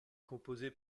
composée